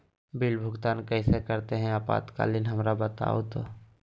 Bill भुगतान कैसे करते हैं आपातकालीन हमरा बताओ तो?